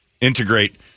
integrate